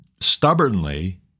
stubbornly